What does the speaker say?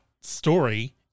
story